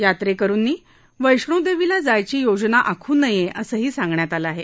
यात्रेकरुंनी वैष्णौदेवीला जायची योजना आखू नये असंही सांगण्यात आलं आहे